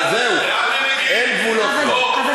אני רק אומר לכם, זהו, אין גבולות פה.